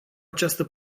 această